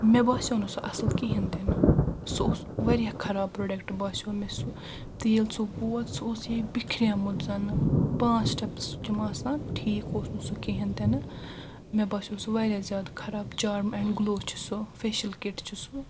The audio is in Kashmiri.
مےٚ باسیو نہٕ سُہ اصل کہیٖنۍ تہِ نہٕ سُہ اوس واریاہ خراب پروڈکٹ باسیو مےٚ سہُ تہٕ ییٚلہِ سُہ ووت سہُ اوس یہ بکھریمُت زنہٕ پانٛژھ سٹٮ۪پٕس چھِ تِم آسان ٹھیٖک اوس نہٕ سُہ کہیٖنۍ تِنہٕ مےٚ باسیو سُہ واریاہ زیادٕ خراب چارٕم اینڈ گلو چھُ سُہ فیشل کِٹ چھُ سُہ